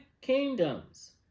kingdoms